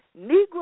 Negro